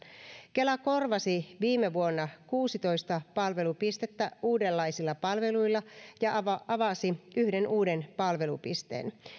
kela korvasi viime vuonna kuusitoista palvelupistettä uudenlaisilla palveluilla ja avasi yhden uuden palvelupisteen